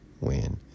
win